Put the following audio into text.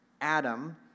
Adam